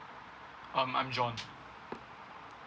um I'm john